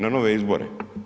Na nove izbore.